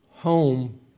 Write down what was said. Home